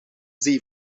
zee